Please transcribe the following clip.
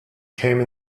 came